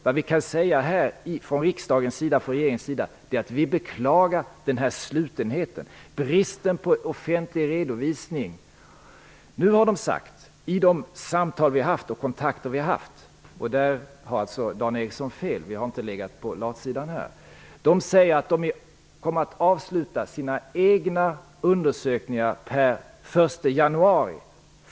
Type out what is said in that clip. Det vi kan säga från riksdagens och från regeringens sida är att vi beklagar den här slutenheten, bristen på offentlig redovisning. Nu har de sagt i de samtal och de kontakter vi har haft - Dan Eriksson har fel, vi har inte legat på latsidan - att man kommer att avsluta sina egna undersökningar per den 1 januari.